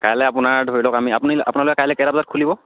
কাইলৈ আপোনাৰ ধৰি লওক আপুনি আপোনালোকৰ কাইলৈ কেইটা বজাত খুলিব